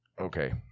Okay